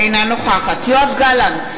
אינה נוכחת יואב גלנט,